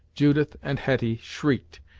judith and hetty shrieked,